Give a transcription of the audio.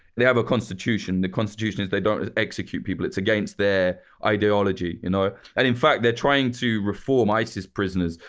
they have a constitution, the constitution is they don't execute people, it's against their ideology. you know and in fact, they're trying to reform isis prisoners.